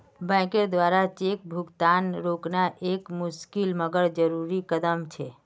बैंकेर द्वारा चेक भुगतान रोकना एक मुशिकल मगर जरुरी कदम छे